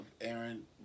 Aaron